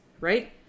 right